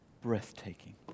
breathtaking